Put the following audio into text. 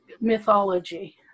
mythology